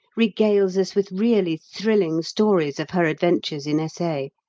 regales us with really thrilling stories of her adventures in s a.